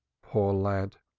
poor lad!